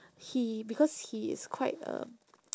he because he is quite um